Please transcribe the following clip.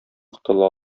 котыла